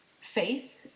faith